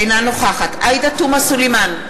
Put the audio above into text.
אינה נוכחת עאידה תומא סלימאן,